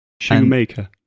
Shoemaker